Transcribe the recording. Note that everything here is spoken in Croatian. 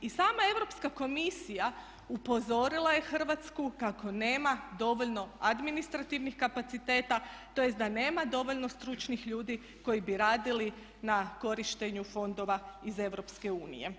I sama Europska komisija upozorila je Hrvatsku kako nema dovoljno administrativnih kapaciteta tj. da nema dovoljno stručnih ljudi koji bi radili na korištenju fondova iz EU.